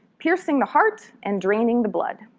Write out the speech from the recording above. piercing the heart and draining the blood.